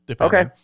Okay